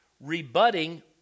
rebutting